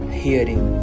hearing